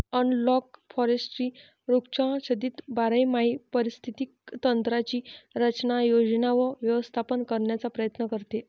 analogue forestry वृक्षाच्छादित बारमाही पारिस्थितिक तंत्रांची रचना, योजना व व्यवस्थापन करण्याचा प्रयत्न करते